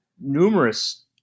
numerous